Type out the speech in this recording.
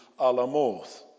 Alamoth